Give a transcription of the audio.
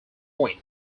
point